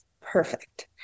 perfect